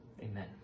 Amen